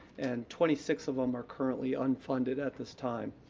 and twenty six of them are currently unfunded at this time.